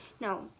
No